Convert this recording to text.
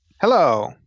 hello